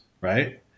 right